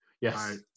Yes